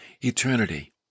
eternity